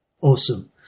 Awesome